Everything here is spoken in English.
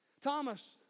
Thomas